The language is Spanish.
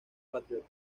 patriota